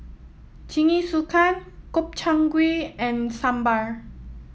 Jingisukan Gobchang Gui and Sambar